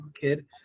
kid